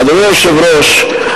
אדוני היושב-ראש,